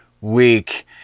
week